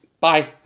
bye